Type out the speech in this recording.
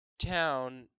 town